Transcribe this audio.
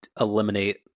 eliminate